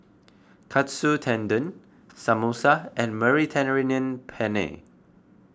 Katsu Tendon Samosa and Mediterranean Penne